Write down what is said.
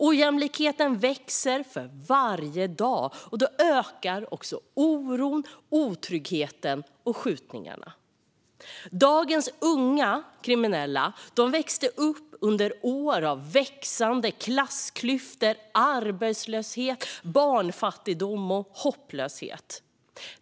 Ojämlikheten växer för varje dag, och då ökar också oron, otryggheten och skjutningarna. Dagens unga kriminella växte upp under år av växande klassklyftor, arbetslöshet, barnfattigdom och hopplöshet.